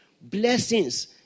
Blessings